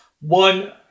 One